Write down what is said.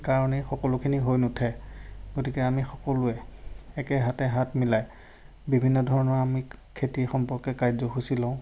কাৰণেই সকলোখিনি হৈ নুঠে গতিকে আমি সকলোৱে একে হাতে হাত মিলাই বিভিন্ন ধৰণৰ আমি খেতি সম্পৰ্কে কাৰ্যসূচী লওঁ